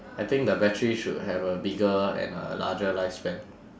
I think the battery should have a bigger and a larger lifespan